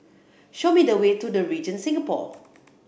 show me the way to The Regent Singapore